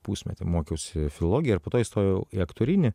pusmetį mokiausi filologiją ir po to įstojau į aktorinį